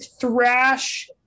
thrash